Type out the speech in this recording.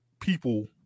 people